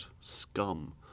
Scum